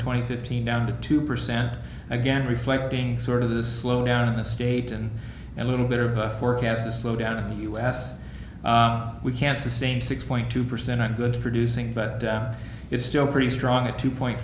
twenty fifteen down to two percent again reflecting sort of the slowdown in the state and a little bit of a forecast a slowdown in the u s we can't sustain six point two percent i'm good producing but it's still pretty strong at two point